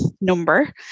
number